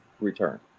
return